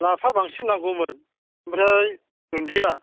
लाफा बांसिन नांगौमोन ओमफ्राय दुन्दिया